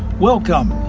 welcome,